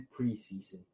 preseason